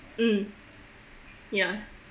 mm ya